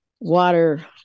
water